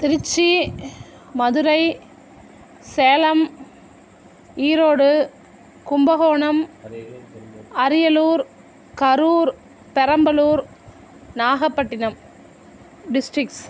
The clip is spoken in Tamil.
திருச்சி மதுரை சேலம் ஈரோடு கும்பகோணம் அரியலூர் கரூர் பெரம்பலூர் நாகப்பட்டினம் டிஸ்ட்ரிக்ஸ்